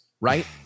right